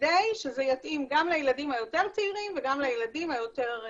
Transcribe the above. כדי שזה יתאים גם לילדים היותר צעירים וגם לילדים היותר בוגרים.